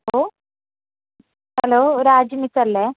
hello hello Raji മിസ്സല്ലേ